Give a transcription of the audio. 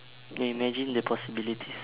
ya imagine the possibilities